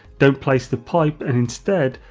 don't place the pipe and instead,